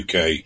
UK